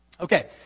Okay